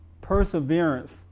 Perseverance